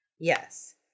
yes